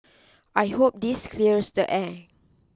I hope this clears the air